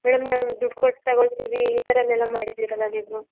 madam ನಾವು ದುಡ್ಡು ಕೊಟ್ಟು ತಗೋಳ್ತಿವಿ ಈ ತರಯೆಲ್ಲಾ ಮಾಡಿದಿರಲ್ಲ ನೀವು